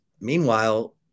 meanwhile